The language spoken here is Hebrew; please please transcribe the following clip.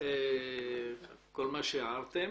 כל מה שהערתם.